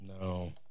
No